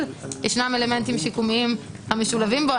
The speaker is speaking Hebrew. ישנם אלמנטים שיקומיים המשולבים בו.